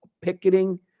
picketing